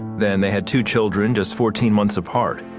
then they had two children, just fourteen months apart.